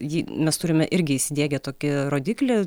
jį mes turime irgi įsidiegę tokį rodiklį